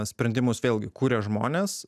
sprendimus vėlgi kuria žmonės